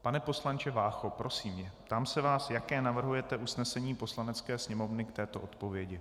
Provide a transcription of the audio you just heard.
Pane poslanče Vácho, prosím, ptám se vás, jaké navrhujete usnesení Poslanecké sněmovny k této odpovědi.